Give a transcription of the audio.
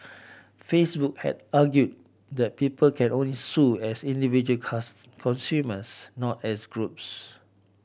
Facebook had argued that people can only sue as individual consumers not as groups